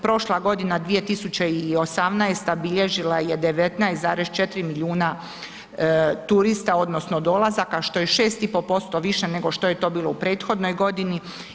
Prošla godine 2018. bilježila je 19,4 milijuna turista, odnosno dolazaka što je 6,5% više nego što je to bilo u prethodnoj godini.